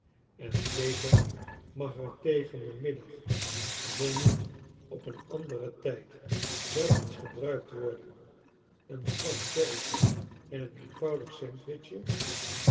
en zeker mag er tegen den middag zoo niet op een anderen tijd wel lets gebruikt worden een glas sherry en een eenvoudig sandwichje